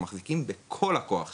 הם מחזיקים בכל הכוח שיש.